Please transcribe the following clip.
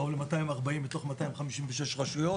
בקרוב ל-240 מתוך 256 רשויות.